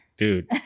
Dude